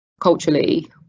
culturally